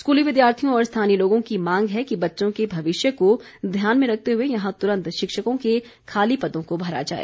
स्कूली विद्यार्थियों और स्थानीय लोगों की मांग है कि बच्चों के भविष्य को ध्यान में रखते हुए यहां तुरंत शिक्षकों के खाली पदों को भरा जाए